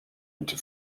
into